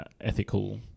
ethical